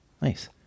nice